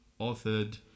authored